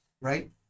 right